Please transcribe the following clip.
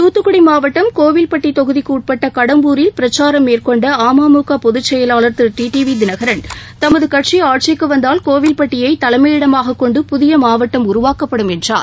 தூத்துக்குடி மாவட்டம் கோவில்பட்டி தொகுதிக்கு உட்பட்ட கடம்பூரில் பிரச்சாரம் மேற்கொண்ட அமுக பொதுச்செயலாளர் Thiru T T V Dhinakaran தமது கட்சி ஆட்சிக்கு வந்தால் கோவில்பட்டியை தலைமையிடமாகக் கொண்டு புதிய மாவட்டம் உருவாக்கப்படும் என்றார்